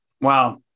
Wow